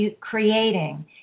creating